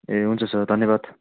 ए हुन्छ सर धन्यवाद